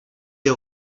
des